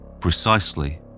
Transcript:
precisely